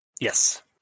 Yes